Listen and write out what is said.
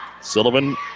Sullivan